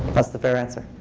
that's the fair answer.